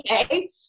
okay